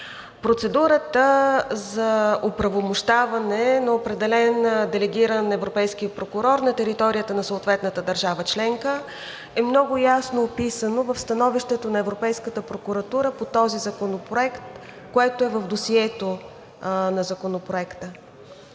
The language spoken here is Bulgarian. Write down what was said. Процедурата за оправомощаване на определен делегиран европейски прокурор на територията на съответната държава членка е много ясно описана в становището на Европейската прокуратура по този законопроект, което е в досието на Законопроекта.